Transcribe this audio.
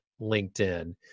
LinkedIn